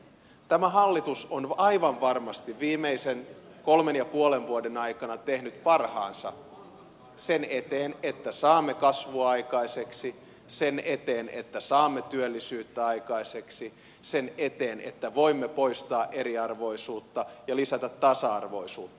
tämä hallitus on aivan varmasti viimeisen kolmen ja puolen vuoden aikana tehnyt parhaansa sen eteen että saamme kasvua aikaiseksi sen eteen että saamme työllisyyttä aikaiseksi sen eteen että voimme poistaa eriarvoisuutta ja lisätä tasa arvoisuutta